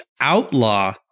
Outlaw